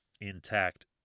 intact